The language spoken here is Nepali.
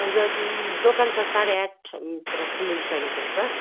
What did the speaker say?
दोकान त साँढे आठतिर खुलिसकेको हुन्छ